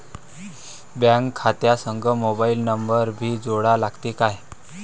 Bank खात्या संग mobile number भी जोडा लागते काय?